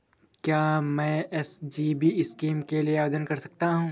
क्या मैं SGB scheme के लिए आवेदन कर सकता हूँ?